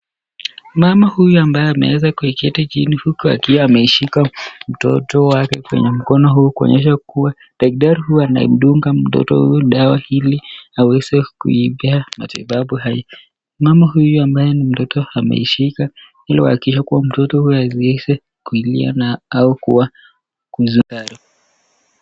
Mama huyu ambaye ameweza kuketi chini fuko akiwa ameshika mtoto wake kwenye mkono huu kuonyesha kuwa daktari huyo ana mdunga mdoto huyo dawa hili aweze kuimbea matatizo hayo. Mama huyu ambaye ni mtoto ameshika ili kuhakikisha kuwa mtoto huyo haziwezi kulia na au kuwa kuzunguka.